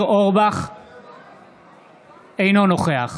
אינו נוכח